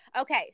okay